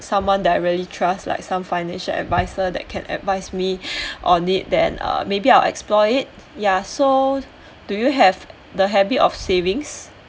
someone that I really trust like some finance adviser that can advise me on it then uh maybe I will explore it ya so do you have the habit of savings